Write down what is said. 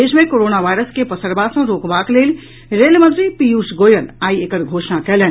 देश मे corona virus के पसरबा सँ रोकबाक लेल रेल मंत्री पीयूष गोयल आई एकर घोषणा कयलनि